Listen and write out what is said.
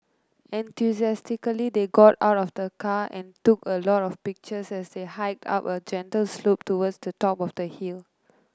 enthusiastically they got out of the car and took a lot of pictures as they hiked up a gentle slope towards the top of the hill